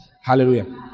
Hallelujah